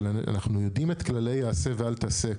אבל אנחנו יודעים את כללי ה"עשה ואל תעשה".